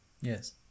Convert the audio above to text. Yes